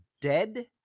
dead